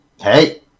Hey